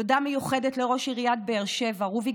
תודה מיוחדת לראש עיריית באר שבע רוביק